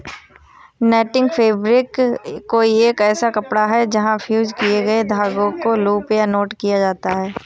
netting fabric कोई भी ऐसा कपड़ा है जहाँ फ़्यूज़ किए गए धागों को लूप या नॉट किया जाता है